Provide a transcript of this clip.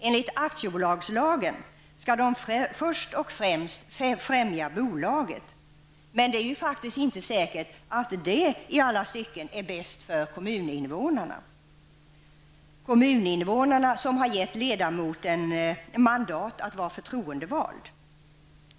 Enligt aktiebolagslagen skall styrelseledamöterna först och främst främja bolaget, men det är ju faktiskt inte säkert att detta i alla stycken bäst gagnar kommuninvånarna, vilka gett ledamöterna mandat att vara förtroendevalda.